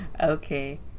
okay